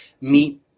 meet